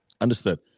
Understood